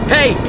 Hey